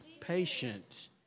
patient